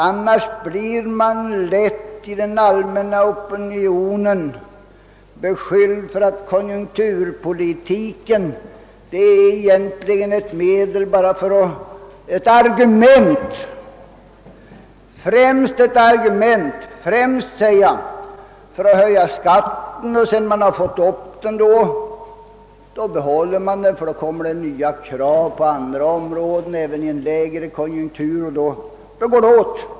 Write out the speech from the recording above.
Annars blir man av den allmänna opinionen beskylld för att använda konjunkturpolitiken främst som ett argument för att höja skatten. Och sedan det är gjort behåller man skatten på den höga nivån, ty snart kommer det nya krav på andra områden eller också blir det lågkonjunktur, och då går pengarna åt.